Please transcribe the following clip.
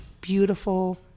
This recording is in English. beautiful